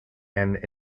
and